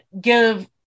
give